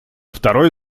второе